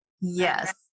Yes